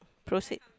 proceed